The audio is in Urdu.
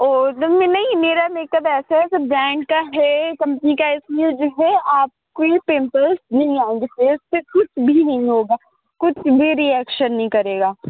او تو میں نہیں میرا میک اپ ایسا ہے سب برانڈ کا ہے کمپنی کا ہے اس میں جو ہے آپ کو یہ پمپلس بھی نہیں آئیں گے فیس پہ کچھ بھی نہیں ہوگا کچھ بھی ریئیکشن نہیں کرے گا